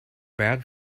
bad